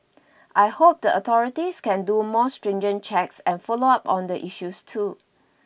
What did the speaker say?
I hope the authorities can do more stringent checks and follow up on the issue too